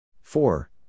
Four